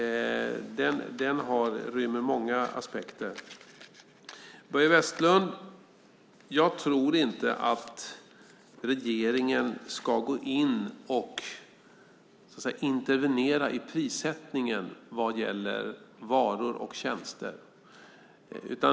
Den rymmer många aspekter. Jag tror inte, Börje Vestlund, att regeringen ska gå in och intervenera i prissättningen vad gäller varor och tjänster.